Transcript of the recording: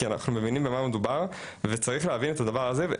כי אנחנו מבינים במה מדובר וצריך להבין את הדבר הזה.